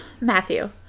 Matthew